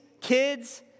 kids